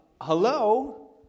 Hello